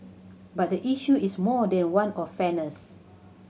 but the issue is more than one of fairness